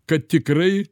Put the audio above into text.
kad tikrai